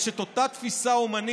יש את אותה תפיסה הומניסטית,